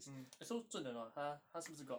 mm so 准 or not 他他是不是 god